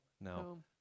no